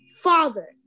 Father